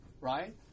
Right